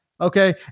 Okay